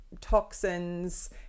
toxins